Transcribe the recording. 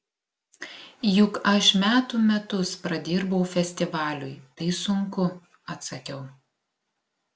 juk aš metų metus pradirbau festivaliui tai sunku atsakiau